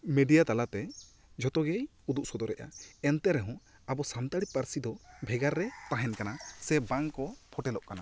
media ᱛᱟᱞᱟᱛᱮ ᱡᱷᱚᱛᱚᱜᱮ ᱩᱫᱩᱜ ᱥᱚᱫᱚᱨᱮᱫ ᱟ ᱮᱱᱛᱮ ᱨᱮᱦᱚᱸ ᱟᱵᱚ ᱥᱟᱱᱛᱟᱲᱤ ᱯᱟᱹᱨᱥᱤ ᱫᱚ ᱵᱷᱮᱜᱟᱨ ᱨᱮ ᱛᱟᱦᱮᱱ ᱠᱟᱱᱟ ᱥᱮ ᱵᱟᱝ ᱠᱚ ᱯᱷᱩᱴᱮᱞᱚᱜ ᱠᱟᱱᱟ